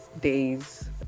days